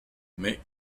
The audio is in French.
mais